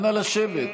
נא לשבת.